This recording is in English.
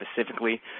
specifically